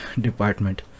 department